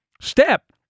step